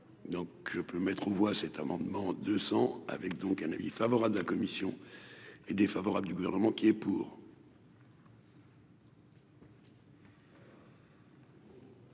Donc je peux mettre aux voix cet amendement 200 avec donc un avis favorable de la commission est défavorable du gouvernement qui est pour.